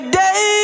day